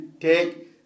take